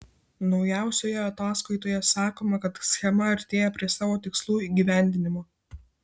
naujausioje ataskaitoje sakoma kad schema artėja prie savo tikslų įgyvendinimo